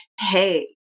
hey